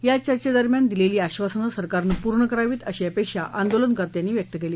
या चर्चेदरम्यान दिलसी आश्वासनं सरकारनं पूर्ण करावीत अशी अपक्षी आंदोलनकर्त्यांनी व्यक्त क्ली